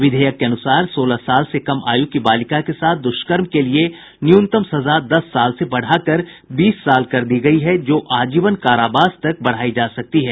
विधेयक के अनुसार सोलह साल से कम आयु की बालिका के साथ दुष्कर्म के लिए न्यूनतम सजा दस साल से बढ़ाकर बीस साल कर दी गई है जो आजीवन कारावास तक बढ़ाई जा सकती है